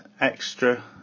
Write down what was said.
extra